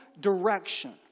direction